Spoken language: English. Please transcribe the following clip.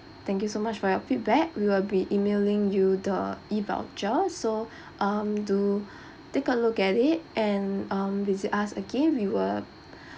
thank you so much for your feedback we will be emailing you the E voucher so um do take a look at it and um visit us again we will